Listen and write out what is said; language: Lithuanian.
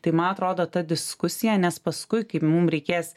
tai ma atrodo ta diskusija nes paskui kaip mum reikės